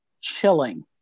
chilling